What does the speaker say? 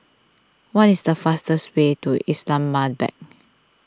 what is the fastest way to Islamabad